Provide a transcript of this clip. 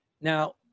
Now